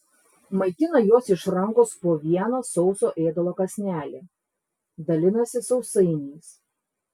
maitina juos iš rankos po vieną sauso ėdalo kąsnelį dalinasi sausainiais